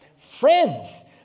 Friends